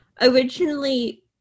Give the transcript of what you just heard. originally –